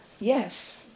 Yes